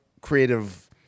creative